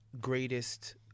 greatest